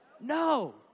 No